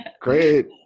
Great